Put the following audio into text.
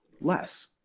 less